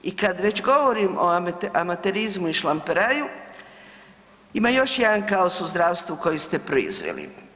I kad već govorim o amaterizmu i šlamperaju ima još jedan kaos u zdravstvu koji ste proizveli.